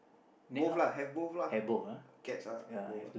both lah have both lah cats lah both lah